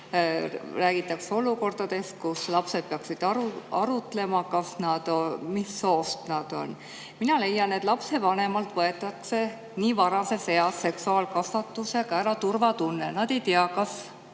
räägitakse olukordadest, kus lapsed peaksid arutlema, mis soost nad on. Mina leian, et lapsevanemalt võetakse lapse nii varases eas seksuaalkasvatusega ära turvatunne, nad ei tea, kas